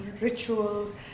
rituals